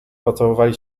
pocałowali